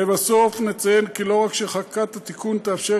לבסוף נציין כי לא רק שחקיקת התיקון תאפשר